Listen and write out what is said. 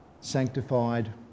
sanctified